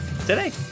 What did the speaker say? today